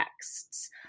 texts